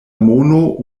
mono